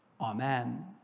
Amen